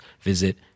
visit